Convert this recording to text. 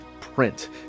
print